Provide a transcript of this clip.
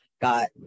got